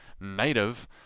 native